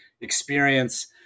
experience